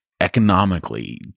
economically